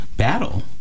battle